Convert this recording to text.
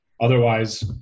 Otherwise